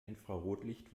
infrarotlicht